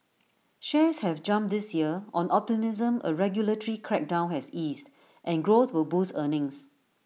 shares have jumped this year on optimism A regulatory crackdown has eased and growth will boost earnings